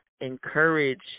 encourage